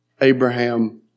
Abraham